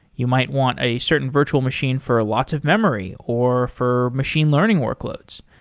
you might want a certain virtual machine for lots of memory or for machine learning workloads,